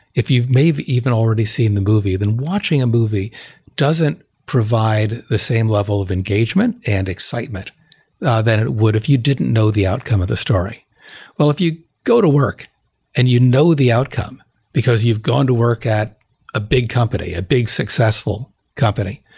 if you've maybe even already seen the movie, then watching a movie doesn't provide the same level of engagement and excitement than it would if you didn't know the outcome of the story well, if you go to work and you know the outcome because you've gone to work at a big company, a big successful company,